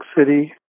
city